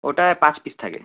ওটায় পাঁচ পিস থাকে